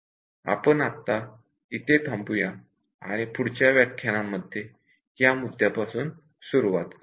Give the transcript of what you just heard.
आपण आता इथे थांबू या आणि पुढच्या व्याख्यानांमध्ये या मुद्द्यापासून सुरुवात करुया